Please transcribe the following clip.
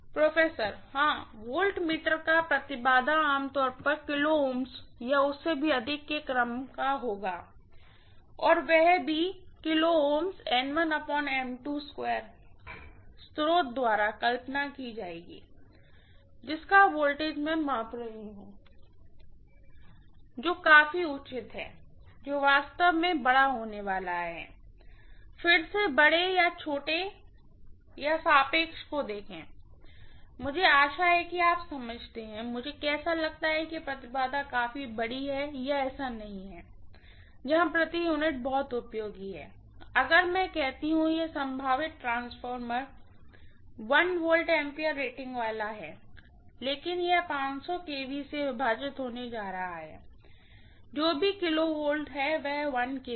professor हां voltmeter का impedance आम तौर पर kΩ या उससे भी अधिक के क्रम का होगा और वह भी स्रोत द्वारा कल्पना की जाएगी जिसका वोल्टेज मैं माप रही हूँ जो काफी उचित है जो वास्तव में बड़ा होने वाला है फिर से बड़े या छोटे या सापेक्ष को देखें मुझे आशा है कि आप समझते हैं मुझे कैसे लगता है कि इम्पीडेन्स काफी बड़ी है या ऐसा नहीं है जहां प्रति यूनिट बहुत उपयोगी है अगर मैं कहती हूँ कि यह संभावित ट्रांसफार्मर VA रेटिंग वाला है लेकिन यह kV से विभाजित होने जा रहा है जो भी किलोवोल्ट है वह kV है